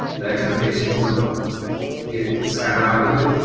the expectations don't get skyrocketed.